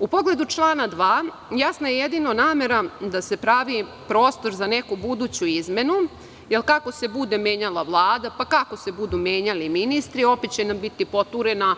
U pogledu člana 2. jasna je jedino namera da se pravi prostor za neku buduću izmenu, jer kako se bude menjala Vlada, pa kako se budu menjali ministri, opet će nam biti poturena,